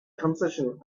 concessions